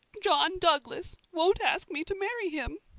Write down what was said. john douglas won't ask me to marry him.